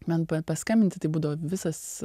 man pa paskambinti tai būdavo visas